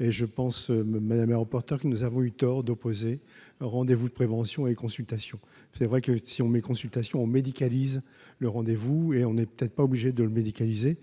et je pense madame reporter que nous avons eu tort d'opposer, rendez-vous de prévention et consultation, c'est vrai que si on met consultations médicalisent le rendez-vous et on est peut-être pas obligé de le médicalisé,